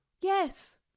yes